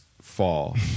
fall